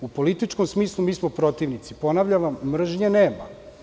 U političkom smislu mi smo protivnici, ponavljam vam, mržnje nema.